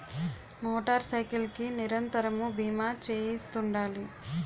motor cycle కి నిరంతరము బీమా చేయిస్తుండాలి